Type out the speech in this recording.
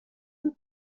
amb